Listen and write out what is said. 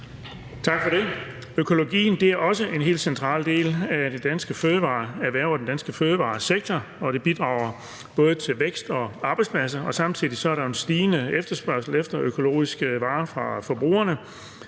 Tak for det. Økologien er også en helt central del af det danske fødevareerhverv og den danske fødevaresektor, og det bidrager både til vækst og arbejdspladser. Samtidig er der en stigende efterspørgsel fra forbrugerne